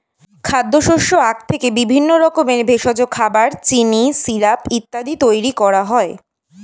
খাদ্যশস্য আখ থেকে বিভিন্ন রকমের ভেষজ, খাবার, চিনি, সিরাপ ইত্যাদি তৈরি হয়